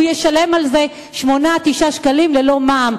הוא ישלם על זה 8 9 שקלים ללא מע"מ.